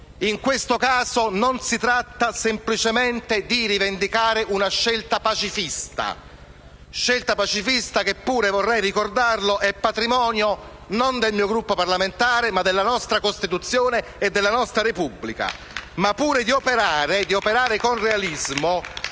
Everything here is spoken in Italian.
In questo caso non si tratta semplicemente di rivendicare una scelta pacifista, che pure - vorrei ricordarlo - è patrimonio non del mio Gruppo parlamentare, ma della nostra Costituzione e della nostra Repubblica*. (Applausi dal Gruppo